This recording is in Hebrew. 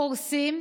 קורסים,